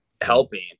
helping